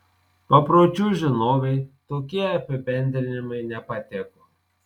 papročių žinovei tokie apibendrinimai nepatiko